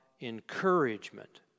encouragement